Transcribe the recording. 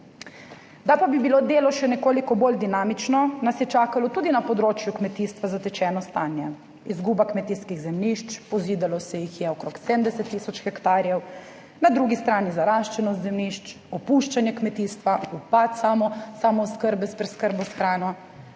Da pa bi bilo delo še nekoliko bolj dinamično, nas je čakalo tudi na področju kmetijstva zatečeno stanje – izguba kmetijskih zemljišč, pozidalo se jih je okrog 70 tisoč hektarjev, na drugi strani zaraščenost zemljišč, opuščanje kmetijstva, upad samooskrbe s preskrbo s hrano.